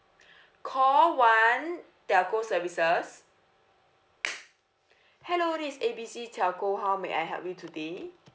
call one telco services hello this is A B C telco how may I help you today